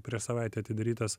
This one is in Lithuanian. prieš savaitę atidarytas